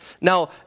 Now